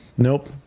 Nope